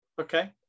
Okay